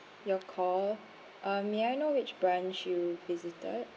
your call uh may I know which branch you visited